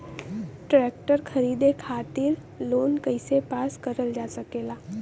Tractor खरीदे खातीर loan कइसे पास करल जा सकेला?